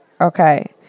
Okay